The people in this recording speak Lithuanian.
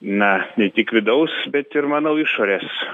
na ne tik vidaus bet ir manau išorės